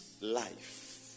life